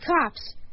cops